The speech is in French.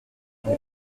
les